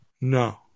No